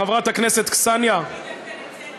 חברת הכנסת קסניה, היא דווקא נמצאת פה.